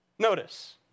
Notice